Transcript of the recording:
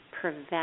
prevent